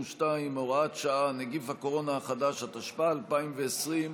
52, הוראת שעה, נגיף הקורונה החדש), התשפ"א 2020,